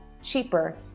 cheaper